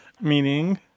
Meaning